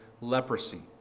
leprosy